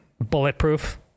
bulletproof